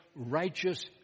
righteous